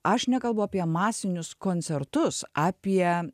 aš nekalbu apie masinius koncertus apie